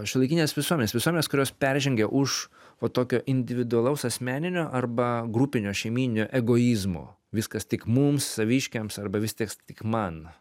šiuolaikinės visuomenės visuomenės kurios peržengia už tokio individualaus asmeninio arba grupinio šeimyninio egoizmo viskas tik mums saviškiams arba viskas tik man